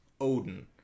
Odin